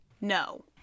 No